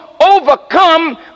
overcome